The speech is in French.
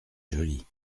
jolie